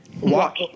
Walk